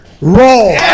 Roll